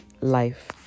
Life